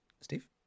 Steve